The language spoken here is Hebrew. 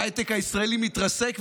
ההייטק הישראלי מתרסק,